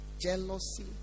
jealousy